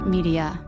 Media